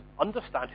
understand